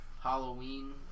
Halloween